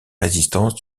résistance